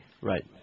Right